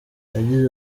yagize